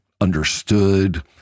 understood